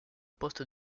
poste